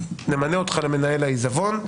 נמנה אותך למנהל העיזבון,